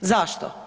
Zašto?